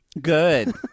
Good